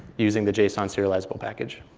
using the json serializable package.